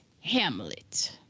Hamlet